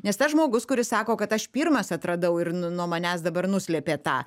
nes tas žmogus kuris sako kad aš pirmas atradau ir nuo manęs dabar nuslėpė tą